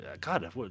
God